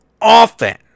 often